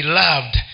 loved